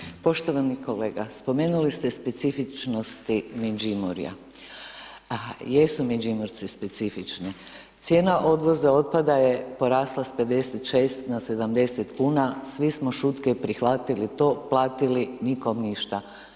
Zahvaljujem, poštovani kolega spomenuli ste specifičnosti Međimurja, a jesu Međimurci specifični, cijena odvoza otpada je porasla s 56 na 70 kuna, svi smo šutke prihvatili to, platili, nikom ništa.